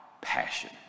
passion